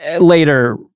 Later